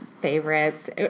favorites